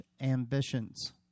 ambitions